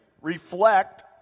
reflect